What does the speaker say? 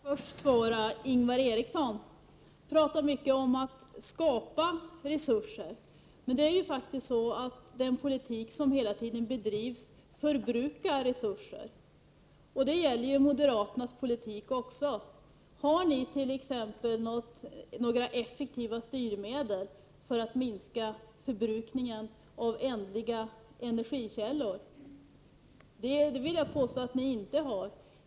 Herr talman! Jag skall först svara Ingvar Eriksson. Han talar mycket om att skapa resurser. Det är emellertid så att den politik som hela tiden bedrivs förbrukar resurser. Det gäller ju moderaternas politik. Har ni t.ex. några effektiva styrmedel för att minska förbrukningen av ändliga energikällor? Det vill jag påstå att ni inte har.